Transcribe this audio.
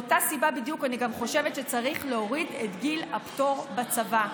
אני גם חושבת שצריך להוריד את גיל הפטור בצבא.